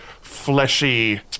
fleshy